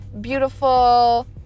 beautiful